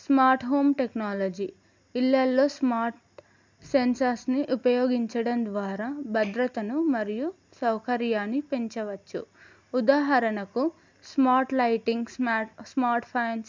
smart home technology ఇళ్ళల్లో smart సెన్సర్స్ని ఉపయోగించడం ద్వారా భద్రతను మరియు సౌకర్యాన్ని పెంచవచ్చు ఉదాహరణకు smart lighting smart smart fans